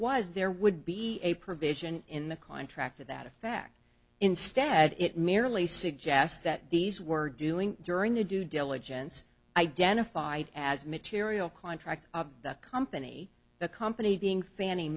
was there would be a provision in the contract to that effect instead it merely suggest that these were doing during the due diligence identified as material contract of the company the company being fan